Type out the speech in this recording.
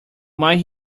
might